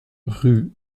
rue